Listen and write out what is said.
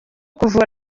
kuvura